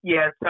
Yes